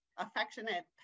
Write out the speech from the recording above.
Affectionate